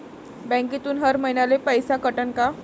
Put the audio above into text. बँकेतून हर महिन्याले पैसा कटन का?